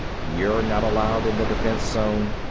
you're not allowed in the defense zone.